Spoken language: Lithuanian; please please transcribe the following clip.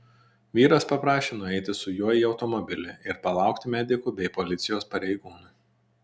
vyras paprašė nueiti su juo į automobilį ir palaukti medikų bei policijos pareigūnų